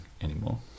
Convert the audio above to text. anymore